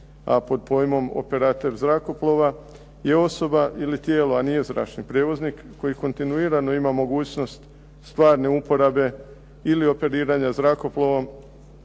a pod pojmom "operater zrakoplova" je osoba ili tijelo, a nije zračni prijevoznik, koji kontinuirano ima mogućnost stvarne uporabe ili operiranja zrakoplovom